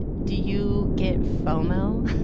do you get fomo,